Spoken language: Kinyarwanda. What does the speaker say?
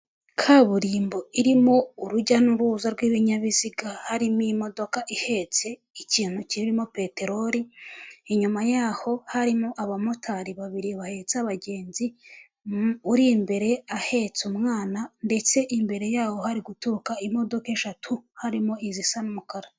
Kaburimbo irimo urujya n'uruza rw'ibinyabiziga harimo imodokadoka ihetse ikintu kirimo peteroli inyuma yaho harimo abamotari, babiri bahetse abagenzi uri imbere ahetse umwana ndetse imbere yaho hari guturuka imodoka eshatu harimo izisa n'umukara.